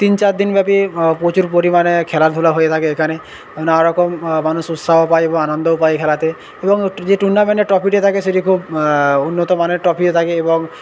তিন চারদিন ব্যাপী প্রচুর পরিমানে খেলাধুলা হয়ে থাকে এখানে নানারকম মানুষ উৎসাহ পায় বা আনন্দও পায় এই খেলাতে এবং যে টুর্নামেন্টের ট্রফিটি থাকে সেটি খুব উন্নত মানের ট্রফিও থাকে এবং